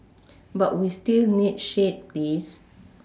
but we still need shade lease